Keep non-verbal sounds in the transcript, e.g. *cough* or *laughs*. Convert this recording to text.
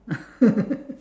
*laughs*